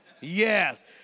Yes